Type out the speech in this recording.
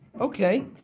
Okay